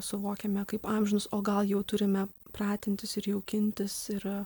suvokiame kaip amžinus o gal jau turime pratintis ir jaukintis ir